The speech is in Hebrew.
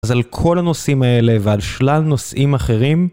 אז על כל הנושאים האלה, ועל שלל נושאים אחרים,